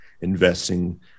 investing